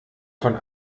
von